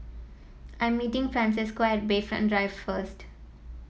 I am meeting Francesco at Bayfront Drive first